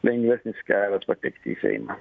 lengvesnis kelias patekti į seimą